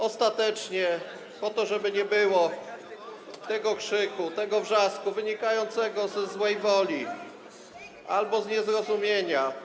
Ostatecznie po to, żeby nie było tego krzyku, tego wrzasku wynikającego ze złej woli albo z niezrozumienia.